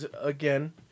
Again